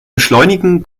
beschleunigen